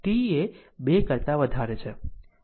t એ 2 કરતા વધારે છે